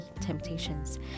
temptations